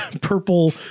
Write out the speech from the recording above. purple